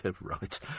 right